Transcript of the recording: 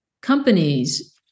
companies